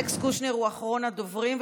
אלכס קושניר הוא אחרון הדוברים,